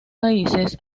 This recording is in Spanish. países